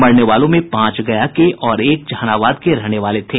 मरने वालों में पांच गया के और एक जहानाबाद के रहने वाले थे